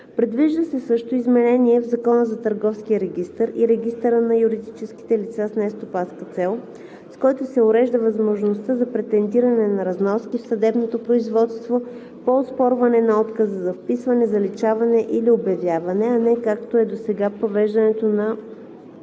Предвижда се също изменение в Закона за търговския регистър и регистъра на юридическите лица с нестопанска цел, с които се урежда възможността за претендиране на разноски в съдебното производство по оспорване на отказа за вписване, заличаване или обявяване, а не както е досега провеждането на